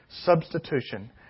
substitution